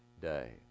day